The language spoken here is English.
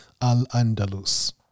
Al-Andalus